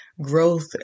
growth